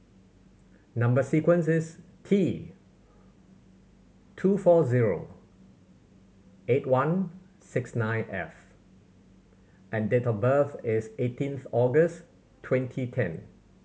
number sequence is T two four zero eight one six nine F and date of birth is eighteenth August twenty ten